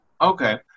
Okay